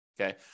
Okay